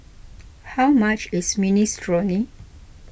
how much is Minestrone